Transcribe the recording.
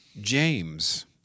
James